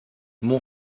mon